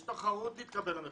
יש תחרות להתקבל למכינות,